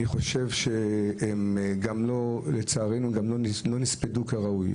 אני חושב שלצערנו הם גם לא הוספדו כראוי.